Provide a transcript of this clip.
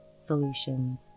solutions